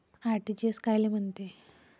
RTGS कायले म्हनते?